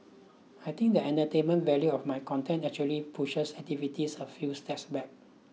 I think that the entertainment value of my content actually pushes activities a few steps back